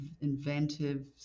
inventive